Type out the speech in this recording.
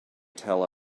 tell